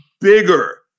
bigger